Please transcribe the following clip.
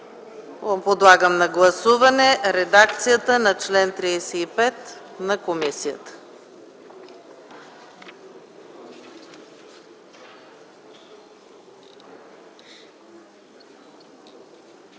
Подлагам на гласуване редакцията на чл. 35 на комисията.